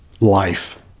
life